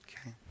Okay